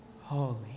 holy